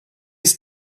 ist